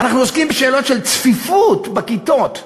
אנחנו עוסקים בשאלות של צפיפות בכיתות,